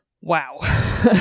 Wow